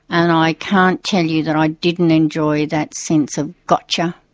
and i can't tell you that i didn't enjoy that sense of gotcha!